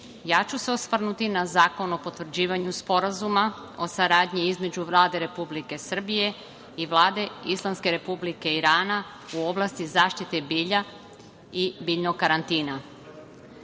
ja ću se osvrnuti na Zakon o potvrđivanju Sporazuma o saradnji između Vlade Republike Srbije i Vlade Islamske Republike Irana u oblasti zaštite bilja i biljnog